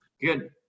Good